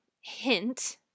hint